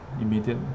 immediate